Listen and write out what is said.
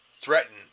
Threatened